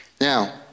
Now